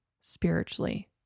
spiritually